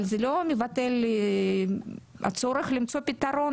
אבל זה לא מבטל את הצורך למצוא פתרון